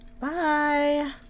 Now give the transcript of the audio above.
Bye